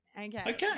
Okay